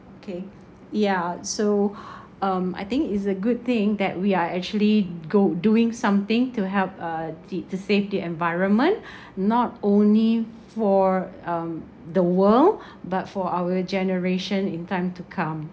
okay yeah so um I think it's a good thing that we are actually go doing something to help uh the to safe the environment not only for um the world but for our generation in time to come